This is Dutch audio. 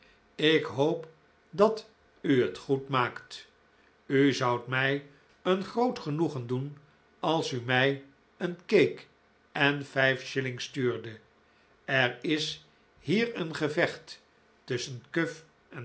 ik hoop dat u het goed maakt u zoudt mij een groot genoegen doen als u mij een cake en vijf shilling stuurde er is hier een gevecht tusschen